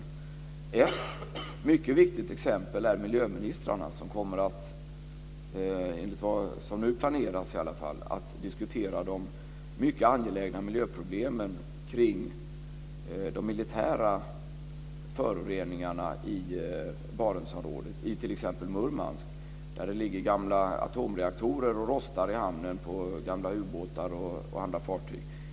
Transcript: Ett mycket viktigt exempel är miljöministrarna som kommer, i alla fall enligt vad som nu planeras, att diskutera de mycket angelägna miljöproblemen kring de militära föroreningarna i Barentsområdet, t.ex. i Murmansk. Där ligger det gamla atomreaktorer på gamla ubåtar och andra fartyg och rostar i hamnen.